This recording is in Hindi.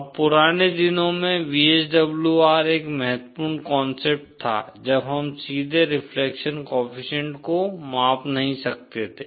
अब पुराने दिनों में VSWR एक बहुत महत्वपूर्ण कांसेप्ट था जब हम सीधे रिफ्लेक्शन कोएफ़िशिएंट को माप नहीं सकते थे